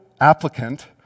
applicant